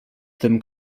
tym